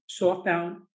softbound